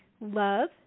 love